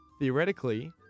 theoretically